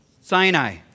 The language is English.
Sinai